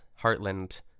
Heartland